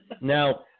now